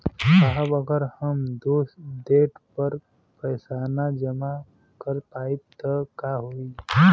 साहब अगर हम ओ देट पर पैसाना जमा कर पाइब त का होइ?